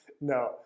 No